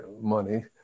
money